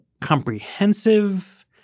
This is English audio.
comprehensive